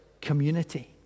community